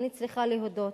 אני צריכה להודות.